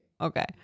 Okay